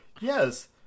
Yes